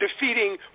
defeating